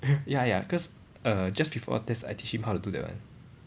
ya ya cause err just before test I teach him how to do that one